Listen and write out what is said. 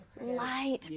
Light